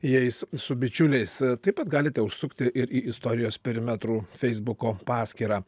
jais su bičiuliais taip pat galite užsukti ir į istorijos perimetrų feisbuko paskyrą